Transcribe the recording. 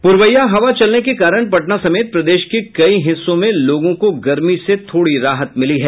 पुरबैया हवा चलने के कारण पटना समेत प्रदेश के कई हिस्सों में लोगों को गर्मी से थोड़ी राहत मिली है